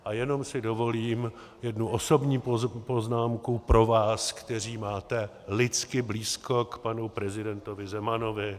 A jenom si dovolím jednu osobní poznámku pro vás, kteří máte lidsky blízko k panu prezidentovi Zemanovi.